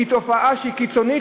היא תופעה שהיא קיצונית,